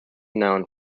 noun